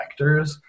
vectors